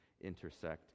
intersect